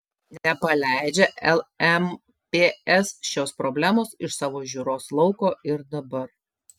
nepaleidžia lmps šios problemos iš savo žiūros lauko ir dabar